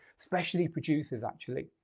especially producers actually.